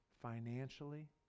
financially